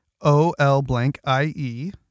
O-L-blank-I-E